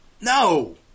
No